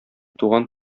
туган